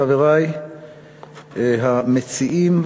חברי המציעים,